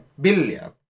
billion